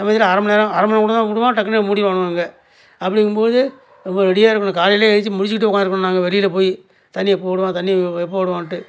சமயத்தில் அரை மணிநேரம் அரை மணிநேரம் மட்டுந்தான் விடுவான் டக்குன்னு மூடிடுவானுவோ அங்கே அப்படிங்கும்போது நம்ம ரெடியா இருக்கணும் காலையில் ஏழுந்திருச்சி முழித்துக்கிட்டு உட்காந்துருப்போம் நாங்கள் வெளியில் போய் தண்ணி எப்போது விடுவான் தண்ணி எப்போது விடுவான்ட்டு